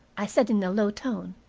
i said in a low tone.